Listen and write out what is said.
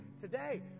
today